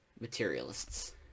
materialists